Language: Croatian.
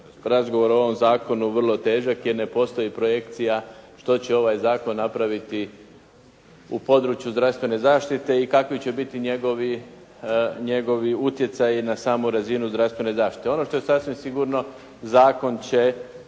razgovor o ovom zakonu vrlo težak, jer ne postoji projekcija što će ovaj zakon napraviti u području zdravstvene zaštite i kakvi će biti njegovi utjecaji na samu razinu zdravstvene zaštite. Ono što je sasvim sigurno zakon će